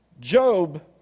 job